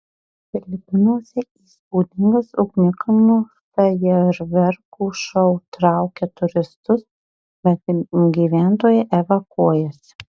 filipinuose įspūdingas ugnikalnio fejerverkų šou traukia turistus bet gyventojai evakuojasi